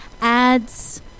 Ads